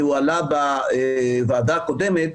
זה הועלה בוועדה הקודמת,